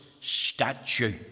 statue